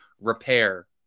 repair